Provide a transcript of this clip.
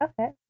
Okay